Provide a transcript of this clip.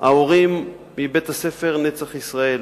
ההורים מבית-הספר "נצח ישראל",